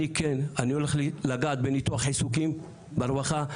אני הולך לגעת בניתוח עיסוקים ברווחה.